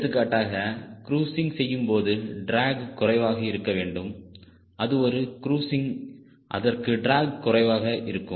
எடுத்துக்காட்டாக க்ரூஸிங் செய்யும்போது ட்ராக் குறைவாக இருக்க வேண்டும் அது ஒரு க்ரூஸிங் அதற்கு டிராக் குறைவாக இருக்கும்